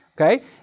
Okay